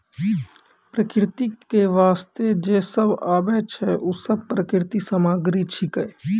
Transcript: प्रकृति क वास्ते जे सब आबै छै, उ सब प्राकृतिक सामग्री छिकै